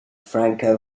franco